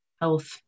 health